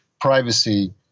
Privacy